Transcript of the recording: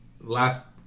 last